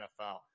nfl